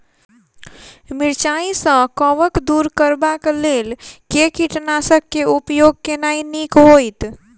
मिरचाई सँ कवक दूर करबाक लेल केँ कीटनासक केँ उपयोग केनाइ नीक होइत?